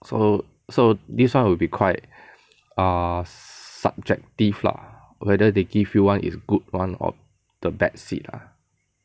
so so this [one] will be quite err subjective lah whether they give you want is good [one] or the bad seed lah